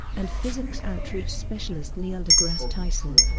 and physics outreach specialist neil degrasse tyson.